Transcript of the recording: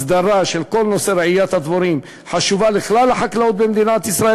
הסדרה של כל נושא רעיית הדבורים חשובה לכלל החקלאות במדינת ישראל,